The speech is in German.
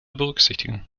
berücksichtigen